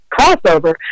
crossover